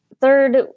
third